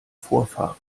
vorfahren